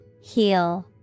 Heal